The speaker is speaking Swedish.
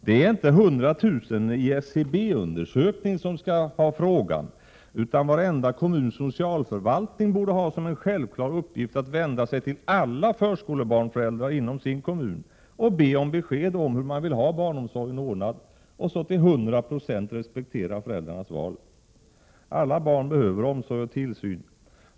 Det är inte bara 100 000 personer i en SCB-undersökning som skall tillfrågas, utan varenda kommuns socialförvaltning borde ha som en självklar uppgift att vända sig till alla förskolebarnföräldrar inom sin kommun och be att få besked om hur man vill ha barnomsorgen ordnad, och så till 100 26 respektera föräldrarnas val. Alla barn behöver omsorg och tillsyn.